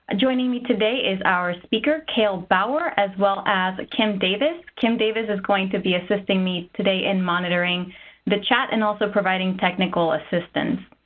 joining me today is our speaker, kaile bower, as well as kim davis. kim davis is going to be assisting me today in monitoring the chat, and also providing technical assistance.